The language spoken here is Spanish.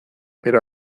pero